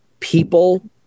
people